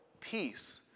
peace